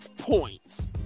points